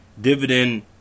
dividend